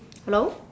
hello